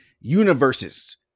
universes